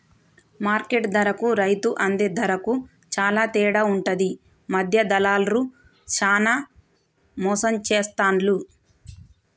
market ధరకు రైతు అందే ధరకు చాల తేడా ఉంటది మధ్య దళార్లు చానా మోసం చేస్తాండ్లు